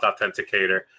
authenticator